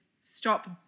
stop